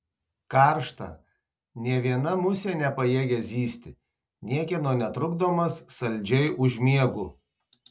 karšta nė viena musė nepajėgia zyzti niekieno netrukdomas saldžiai užmiegu